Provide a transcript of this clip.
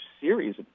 series